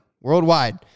worldwide